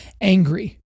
angry